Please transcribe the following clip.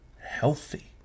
healthy